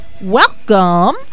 Welcome